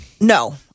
No